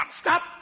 Stop